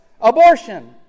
abortion